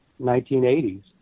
1980s